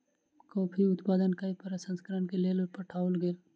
coffee उत्पादन कय के प्रसंस्करण के लेल पठाओल गेल